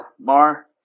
Mar